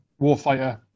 warfighter